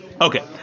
Okay